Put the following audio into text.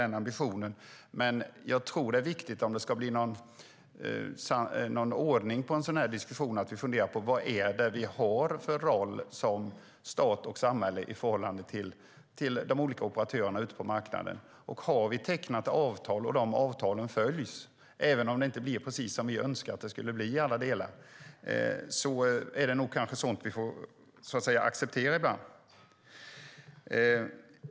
Men om det ska bli någon ordning på en sådan här diskussion tror jag att det är viktigt att vi funderar på: Vad är det vi har för roll som stat och samhälle i förhållande till de olika operatörerna ute på marknaden? Har vi tecknat avtal, och följs avtalen? Att det inte i alla delar blir precis som vi önskat att det skulle bli är sådant som vi ibland får acceptera.